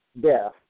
death